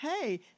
hey